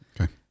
Okay